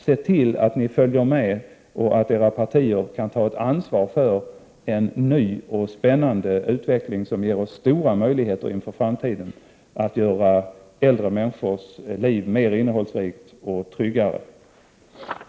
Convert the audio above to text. Se till att ni följer med och att era partier kan ta ett ansvar för en ny och spännande utveckling som ger oss stora möjligheter inför framtiden att göra äldre människors liv mer innehållsrikt och tryggare. Debatten om social välfärd var härmed avslutad. Kammaren övergick till att debattera miljöfrågor.